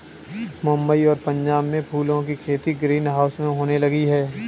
मुंबई और पंजाब में फूलों की खेती ग्रीन हाउस में होने लगी है